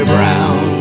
Brown